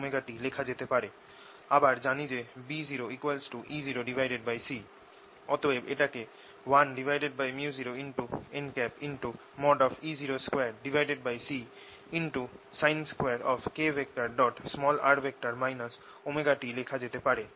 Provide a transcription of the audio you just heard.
sin2kr ωt লেখা যেতে পারে আবার জানি যে B0 E0C অতএব এটাকে 1µ0nE02Csin2kr ωt লেখা যেতে পারে